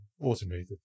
Automated